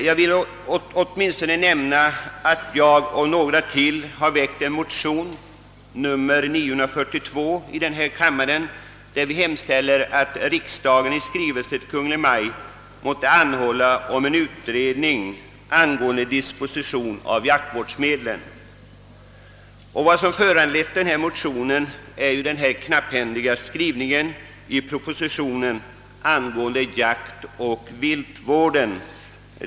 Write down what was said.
Jag vill emellertid nämna att jag och några andra kammarledamöter har väckt en motion nr 942 i denna kammare, där vi hemställer att riksdagen i skrivelse till Kungl. Maj:t måtte anhålla om en utredning angående disposition av jaktvårdsmedlen. Vad som föranlett motionen är den knapphändiga skrivningen i propositionen vad beträffar jaktoch viltvården.